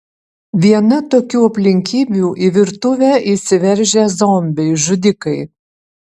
viena tokių aplinkybių į virtuvę įsiveržę zombiai žudikai